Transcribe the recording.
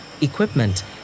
equipment